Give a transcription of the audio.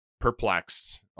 perplexed